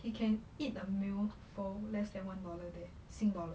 he can eat a meal for less than one dollar there sing dollar